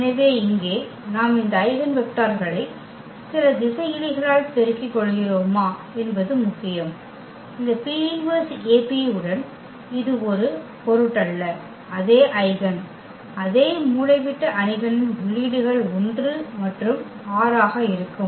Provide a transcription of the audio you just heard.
எனவே இங்கே நாம் இந்த ஐகென் வெக்டர்களை சில திசையிலிகளால் பெருக்கிக் கொள்கிறோமா என்பது முக்கியம் இந்த P−1AP உடன் இது ஒரு பொருட்டல்ல அதே ஐகென் அதே மூலைவிட்ட அணிகளின் உள்ளீடுகள் 1 மற்றும் 6 ஆக இருக்கும்